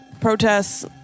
protests